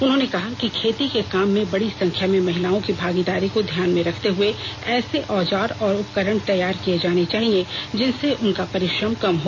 उन्होंने कहा है कि खेती के काम में बड़ी संख्या में महिलाओं की भागीदारी को ध्यान में रखते हुए ऐसे औजार और उपकरण तैयार किये जाने चाहिए जिनसे उनका परिश्रम कम हो